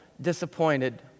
disappointed